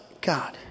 God